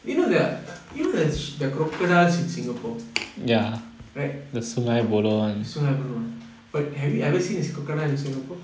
you know there are you know there's there are crocodiles in singapore right sungei buloh but have you ever seen a crocodile in singapore